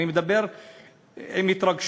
מדובר במקרים